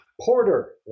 Porter